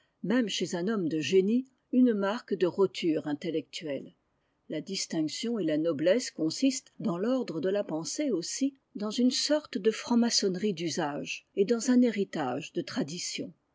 même chez un homme de génie une marque de roture intellectuelle la distinction et la noblesse consistent dans l'ordre de la pensée aussi dans une sorte de francirle d'usages et dans un héritage de